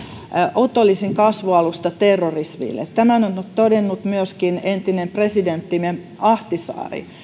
otollisin kasvualusta terrorismille tämän on todennut myöskin entinen presidenttimme ahtisaari